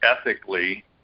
ethically